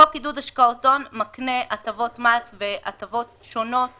חוק עידוד השקעות הון מקנה הטבות מס והטבות שונות